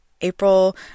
April